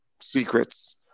secrets